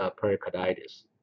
Pericarditis